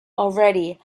already